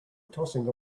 tossing